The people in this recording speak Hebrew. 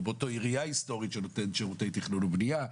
או באותה עירייה היסטורית שנותנת שירותי תכנון ובנייה,